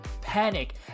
panic